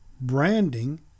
branding